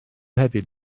hefyd